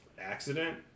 accident